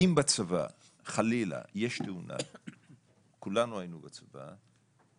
כשיש חלילה תאונה בצבא כולנו היינו בצבא,